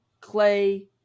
Clay